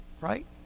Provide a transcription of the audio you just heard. Right